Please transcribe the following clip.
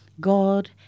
God